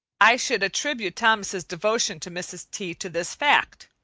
i should attribute thomas's devotion to mrs. t. to this fact,